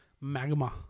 Magma